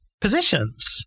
positions